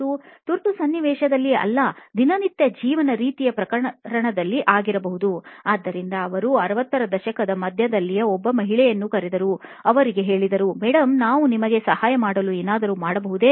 ' ತುರ್ತು ಸನ್ನಿವೇಶದಲ್ಲಿ ಅಲ್ಲ ದಿನನಿತ್ಯದ ಜೀವನ ರೀತಿಯ ಪ್ರಕರಣದಲ್ಲಿ ಆಗಿರಬಹುದು ಆದ್ದರಿಂದ ಅವರು 60 ರ ದಶಕದ ಮಧ್ಯದಲ್ಲಿನ ಒಬ್ಬ ಮಹಿಳೆಯನ್ನು ಕರೆದರು ಮತ್ತು ಅವರಿಗೆ ಹೇಳಿದರು 'ಮೇಡಂ ನಾವು ನಿಮಗೆ ಸಹಾಯ ಮಾಡಲು ಏನಾದರೂ ಮಾಡಬಹುದೇ